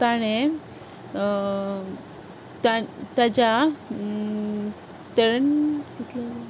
ताणें तां ताच्या ताणें कितले